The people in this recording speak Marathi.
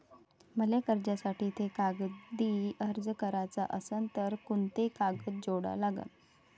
मले कर्जासाठी थे कागदी अर्ज कराचा असन तर कुंते कागद जोडा लागन?